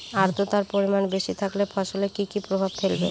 আদ্রর্তার পরিমান বেশি থাকলে ফসলে কি কি প্রভাব ফেলবে?